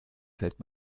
fällt